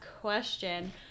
question